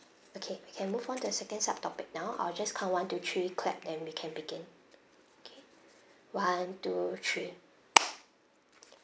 okay we can move on to the second sub topic now I will just count one two three clap then we can begin okay one two three